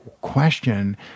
question